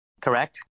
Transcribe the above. Correct